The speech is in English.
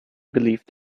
believed